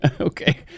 Okay